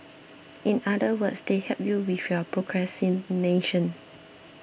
in other words they help you with your procrastination